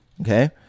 Okay